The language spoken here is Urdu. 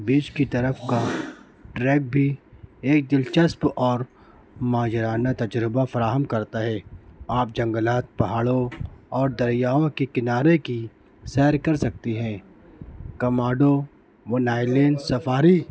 بیچ کی طرف کا ٹریک بھی ایک دلچسپ اور ماجرانہ تجربہ فراہم کرتا ہے آپ جنگلات پہاڑوں اور دریاؤں کے کنارے کی سیر کر سکتی ہیں کماڈو ائلینڈ سفاری